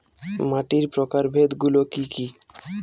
মাটির প্রকারভেদ গুলো কি কী?